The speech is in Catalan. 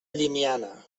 llimiana